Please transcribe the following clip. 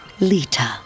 Lita